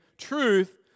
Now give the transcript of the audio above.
Truth